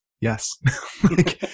yes